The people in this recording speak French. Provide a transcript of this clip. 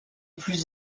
plus